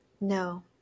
No